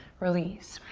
release.